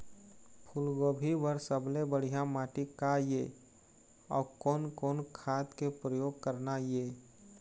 फूलगोभी बर सबले बढ़िया माटी का ये? अउ कोन कोन खाद के प्रयोग करना ये?